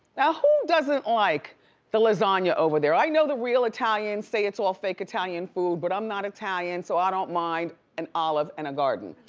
now, who doesn't like the lasagna over there? i know the real italians say it's all fake italian food, but i'm not italian, so i don't mind an olive and a garden.